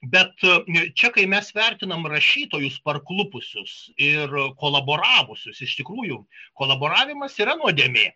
bet čia kai mes vertinam rašytojus parklupusius ir kolaboravusius iš tikrųjų kolaboravimas yra nuodėmė